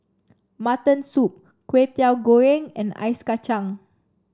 Mutton Soup Kway Teow Goreng and Ice Kachang